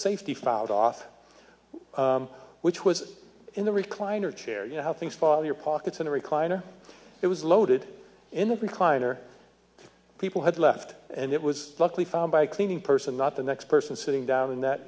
safety found off which was in the recliner chair you know how things fall your pockets in a recliner it was loaded in the recliner people had left and it was luckily found by cleaning person not the next person sitting down in that